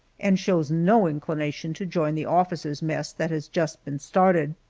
and shows no inclination to join the officers' mess that has just been started.